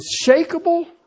unshakable